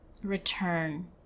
return